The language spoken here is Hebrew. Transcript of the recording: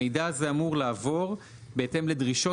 המידע הזה אמור לעבור בהתאם לדרישות